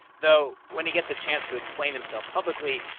though when he gets a chance to explain himself publicly,